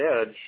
edge